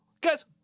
Guys